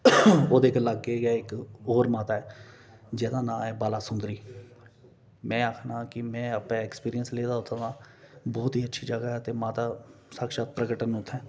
ओह्दे लागै गै इक और माता ऐ जेहदा नां एह् बाला सुदरी में आखना कि में आपें एक्सपिरिंयस लेदा ऐ उत्थूं दा बहुत ही अच्छी जगह ऐ ते माता साख्यात प्रकट न उत्थै